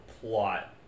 plot